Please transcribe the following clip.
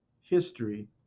history